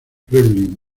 kremlin